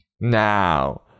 Now